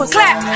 Clap